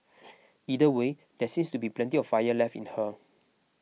either way there seems to be plenty of fire left in her